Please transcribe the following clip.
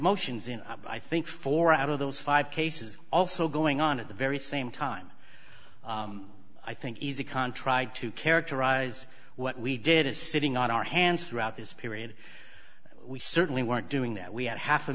motions in i think four out of those five cases also going on at the very same time i think easy con tried to characterize what we did as sitting on our hands throughout this period we certainly weren't doing that we had half a